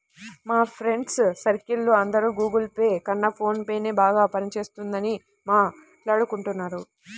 మా friends circle లో అందరూ గుగుల్ పే కన్నా ఫోన్ పేనే బాగా పని చేస్తున్నదని మాట్టాడుకుంటున్నారు